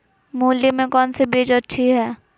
मूली में कौन सी बीज अच्छी है?